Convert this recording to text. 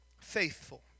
faithful